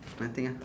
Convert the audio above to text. nothing ah